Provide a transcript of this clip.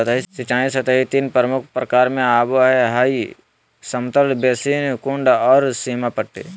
सतही सिंचाई तीन प्रमुख प्रकार में आबो हइ समतल बेसिन, कुंड और सीमा पट्टी